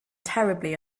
terribly